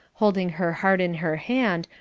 holding her heart in her hand,